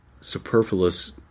superfluous